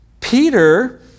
Peter